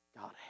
God